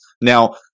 Now